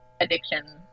addiction